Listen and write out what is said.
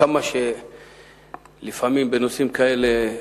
כמה שלפעמים בנושאים כאלה,